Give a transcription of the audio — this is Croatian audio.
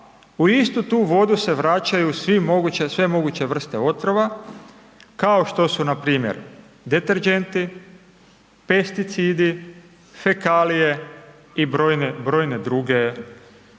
u istu tu vodu se vraćaju sve moguće vrste otrova, kao što su npr. deterdženti, pesticidi, fekalije i brojne druge,